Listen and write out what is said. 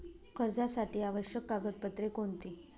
कर्जासाठी आवश्यक कागदपत्रे कोणती?